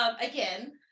again